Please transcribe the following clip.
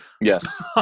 yes